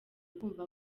kumva